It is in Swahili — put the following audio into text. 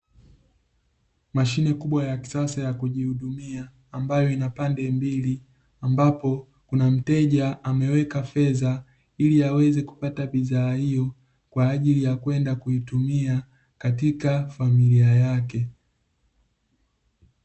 Mashine kubwa ya kisasa ya kujihudumia, ambayo ina pande mbili. Ambapo kuna mteja ameweka fedha ili aweze kupata bidhaa hiyo, kwa ajili ya kwenda kuitumia katika familia yake.